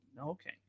okay